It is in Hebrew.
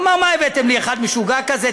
אמר: מה הבאתם לי אחד משוגע כזה,